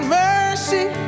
mercy